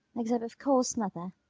except, of course, mother.